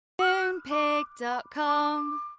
MoonPig.com